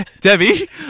Debbie